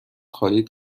خواهید